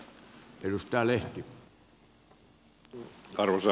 arvoisa herra puhemies